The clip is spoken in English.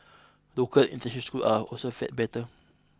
local international schools are also fared better